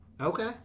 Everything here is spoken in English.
Okay